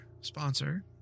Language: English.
sponsor